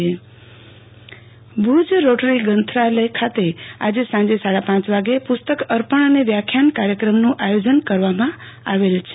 આરતી ભટ ભુજ વ્યખ્યાનઃ ભુજ રોટરી ગ્રંથાલય ખાતે આજે સાંજે સાડાપાંચ વાગ્યે પુસ્તક અર્પણ અને વ્યાખ્યાન કાર્યક્રમનું આયોજન કરવામાં આવેલ છે